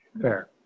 Fair